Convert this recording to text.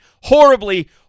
horribly